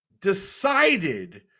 decided